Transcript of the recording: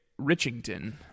Richington